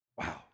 Wow